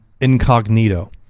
incognito